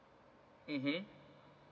mmhmm